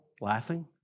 laughing